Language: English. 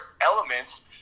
elements –